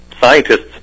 scientists